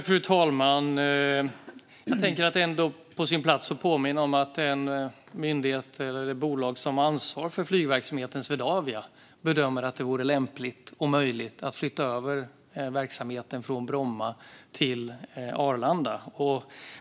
Fru talman! Jag tänker att det ändå är på sin plats att påminna om att det bolag som har ansvar för flygverksamheten, Swedavia, bedömer att det vore möjligt och lämpligt att flytta över verksamheten från Bromma till Arlanda.